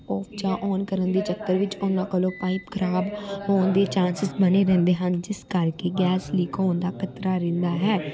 of ਜਾਂ on ਕਰਨ ਦੇ ਚੱਕਰ ਵਿੱਚ ਉਹਨਾਂ ਕੋਲੋਂ ਪਾਈਪ ਖਰਾਬ ਹੋਣ ਦੇ ਚਾਂਸਿਸ ਬਣੇ ਰਹਿੰਦੇ ਹਨ ਜਿਸ ਕਰਕੇ ਗੈਸ ਲੀਕ ਹੋਣ ਦਾ ਖ਼ਤਰਾ ਰਹਿੰਦਾ ਹੈ